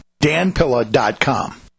danpilla.com